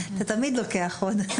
אתה תמיד לוקח עוד.